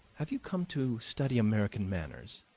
have you come to study american manners?